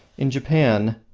in japan,